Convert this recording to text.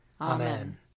Amen